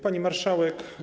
Pani Marszałek!